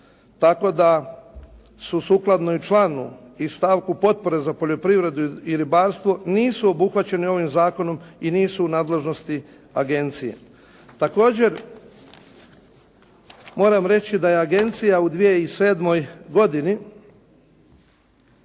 tako da su sukladno i članu i stavku potpore za poljoprivredu i ribarstvo nisu obuhvaćeni ovim zakonom i nisu u nadležnosti agencije. Također moram reći da je agencija u 2007. godini